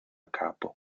capo